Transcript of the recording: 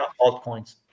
altcoins